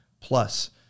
plus